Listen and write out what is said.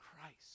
Christ